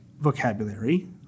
vocabulary